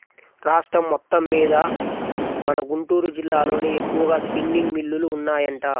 రాష్ట్రం మొత్తమ్మీద మన గుంటూరు జిల్లాలోనే ఎక్కువగా స్పిన్నింగ్ మిల్లులు ఉన్నాయంట